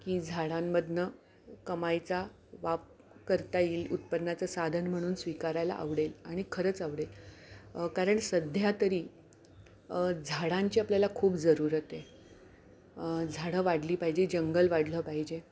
की झाडांमधून कमायचा वाप करता येईल उत्पन्नाचं साधन म्हणून स्वीकारायला आवडेल आणि खरंच आवडेल कारण सध्या तरी झाडांची आपल्याला खूप जरूरत आहे झाडं वाढली पाहिजे जंगल वाढलं पाहिजे